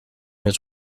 his